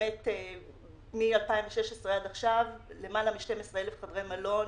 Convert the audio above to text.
באמת מ-2016 עד עכשיו למעלה מ-12,000 חדרי מלון